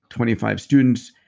twenty five students.